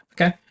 Okay